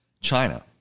China